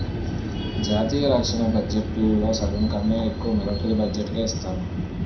జాతీయ రక్షణ బడ్జెట్లో సగంకన్నా ఎక్కువ మిలట్రీ బడ్జెట్టుకే ఇస్తారు